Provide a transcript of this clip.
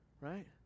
Right